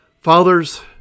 Fathers